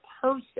person